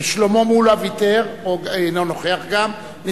מיכאל בן-ארי, אינו נוכח, שלמה מולה, אינו נוכח.